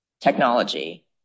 technology